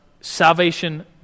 salvation